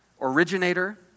Originator